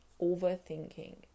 overthinking